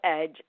edge